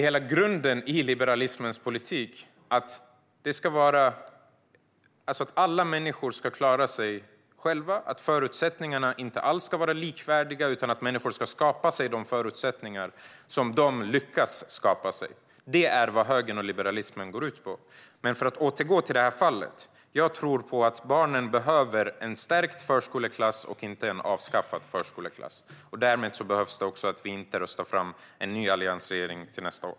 Hela grunden i liberalismens politik är att alla människor ska klara sig själva och att förutsättningarna inte alls ska vara likvärdiga, utan människor ska skapa sig de förutsättningar som de lyckas skapa sig. Detta är vad högern och liberalismen går ut på. Låt mig återgå till detta ärende. Jag tror att barnen behöver en stärkt förskoleklass, inte en avskaffad förskoleklass. Därmed krävs att vi inte röstar fram en ny alliansregering nästa år.